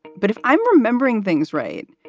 but if i'm remembering things right,